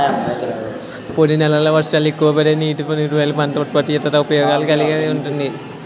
పొడినేలల్లో వర్షాలు తక్కువపడే నీటిపారుదల పంట ఉత్పత్తుల్లో ఇతర ఉపయోగాలను కలిగి ఉంటుంది